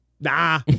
nah